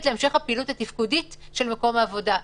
להמשך הפעילות התפקודית של מקום העבודה.